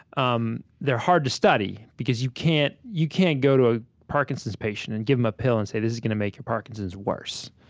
um they're hard to study, because you can't you can't go to a parkinson's patient and give them a pill and say, this is gonna make your parkinson's worse.